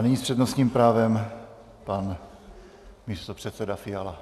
Nyní s přednostním právem pan místopředseda Fiala.